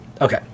Okay